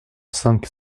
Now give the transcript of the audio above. cinq